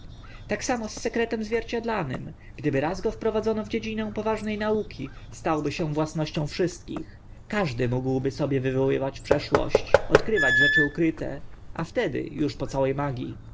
tak samo z sekretem zwierciadlanym gdyby raz go wprowadzono w dziedzinę poważne nauki stałby się własnością wszystkich każdy mógłby sobie wywoływać przeszłość odkrywać rzeczy ukryte a wtedy uż po całe magii